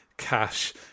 Cash